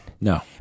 No